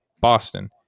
Boston